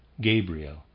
Gabriel